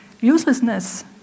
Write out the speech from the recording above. uselessness